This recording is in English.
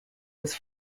was